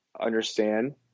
understand